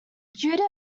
judo